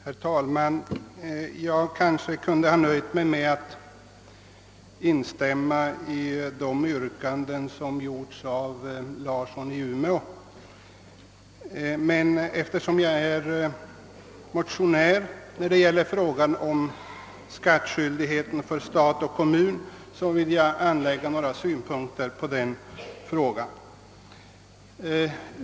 Herr talman! Jag kunde ha nöjt mig med att instämma i herr Larssons i Umeå yrkanden, men eftersom jag är motionär då det gäller frågan om skattskyldigheten för stat och kommun vill jag anlägga några synpunkter.